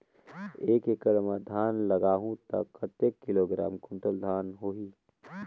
एक एकड़ मां धान लगाहु ता कतेक किलोग्राम कुंटल धान होही?